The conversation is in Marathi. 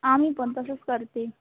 आम्ही पण तसंच करते